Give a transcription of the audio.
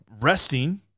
resting